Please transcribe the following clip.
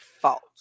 fault